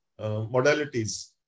modalities